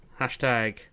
Hashtag